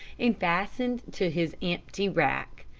and fastened to his empty rack.